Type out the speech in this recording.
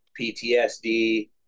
PTSD